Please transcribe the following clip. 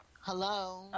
hello